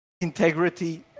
integrity